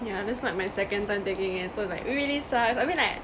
yeah that's like my second time taking it so it like really sucks I mean like